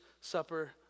supper